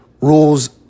rules